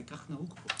כך נהוג פה.